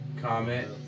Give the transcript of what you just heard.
comment